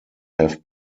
have